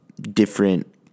different